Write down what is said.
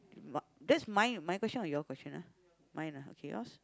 but that's mine my question or your question ah mine ah okay yours what